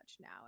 now